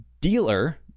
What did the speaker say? dealer